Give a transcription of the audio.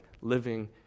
living